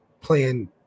playing